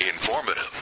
Informative